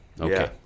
Okay